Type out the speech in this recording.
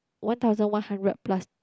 one thousand one hundred plus